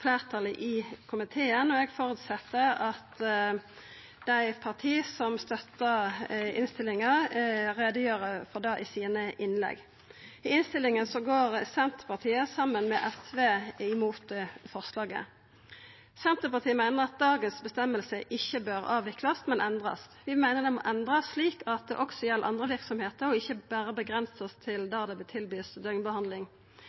fleirtalet i komiteen. Eg føreset at dei partia som støttar innstillinga, gjer greie for det i innlegga sine. I innstillinga går Senterpartiet og SV imot forslaget. Senterpartiet meiner at dagens føresegn ikkje bør avviklast, men endrast. Vi meiner ho må endrast slik at det også gjeld andre verksemder, og ikkje berre avgrensa det til